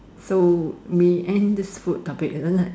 so we end this food topic isn't it